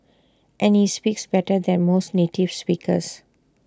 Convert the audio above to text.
and he speaks better than most native speakers